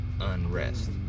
unrest